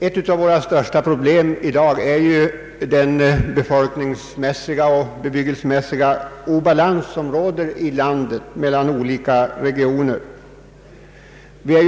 Ett av våra största problem är den befolkningsmässiga och <:bebyggelsemässiga obalans som råder mellan olika regioner ute i landet.